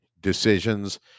decisions